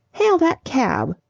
hail that cab,